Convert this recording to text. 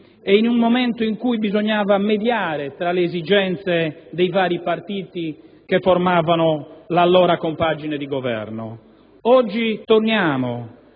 e in una fase in cui bisognava mediare tra le esigenze dei vari partiti che formavano l'allora compagine di Governo. Oggi torniamo